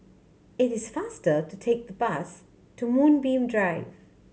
it is faster to take the bus to Moonbeam Drive